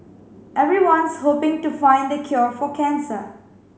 everyone's hoping to find the cure for cancer